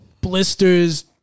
blisters